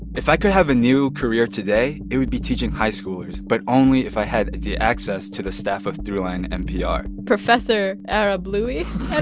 if i could have a new career today, it would be teaching high schoolers, but only if i had the access to the staff of at throughlinenpr professor arablouei,